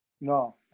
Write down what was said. No